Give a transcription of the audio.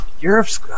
Europe's